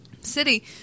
city